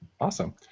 Awesome